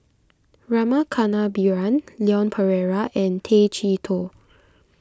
Rama Kannabiran Leon Perera and Tay Chee Toh